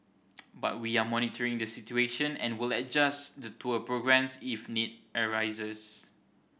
but we are monitoring the situation and will adjust the tour programmes if need arises